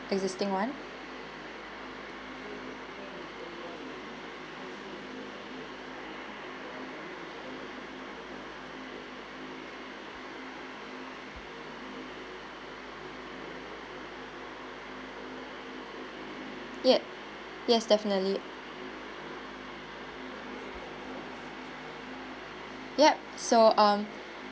existing one yeah yes definitely yeah so um